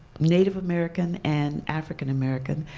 native american and african american.